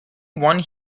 one